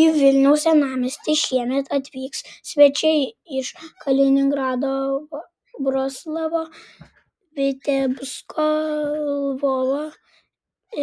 į vilniaus senamiestį šiemet atvyks svečiai iš kaliningrado vroclavo vitebsko lvovo